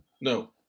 No